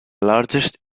largest